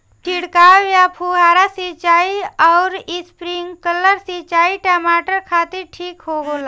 छिड़काव या फुहारा सिंचाई आउर स्प्रिंकलर सिंचाई टमाटर खातिर ठीक होला?